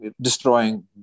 destroying